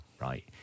right